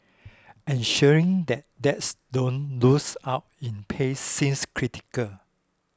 ensuring that dads don't lose out in pay seems critical